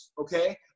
Okay